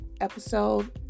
episode